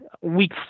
week